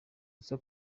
gusa